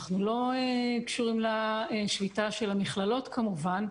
אנחנו לא קשורים לשביתה של המכללות כמובן,